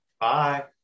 Bye